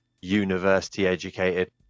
university-educated